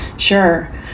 Sure